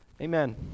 Amen